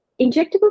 injectable